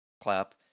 clap